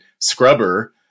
Scrubber